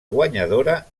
guanyadora